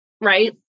Right